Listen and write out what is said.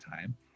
time